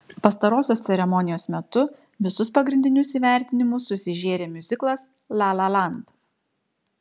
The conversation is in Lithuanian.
pastarosios ceremonijos metu visus pagrindinius įvertinimus susižėrė miuziklas la la land